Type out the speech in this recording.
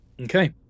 Okay